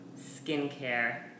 skincare